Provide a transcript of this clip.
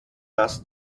dass